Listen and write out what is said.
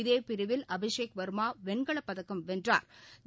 இதே பிரிவில் அபிஷேக் வா்மா வெண்கலப் பதக்கம் வென்றாா்